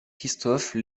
christophe